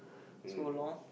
so long